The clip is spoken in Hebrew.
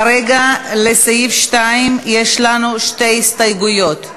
כרגע לסעיף 2 יש לנו שתי הסתייגויות.